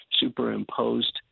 superimposed